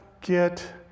get